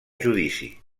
judici